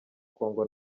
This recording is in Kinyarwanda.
congo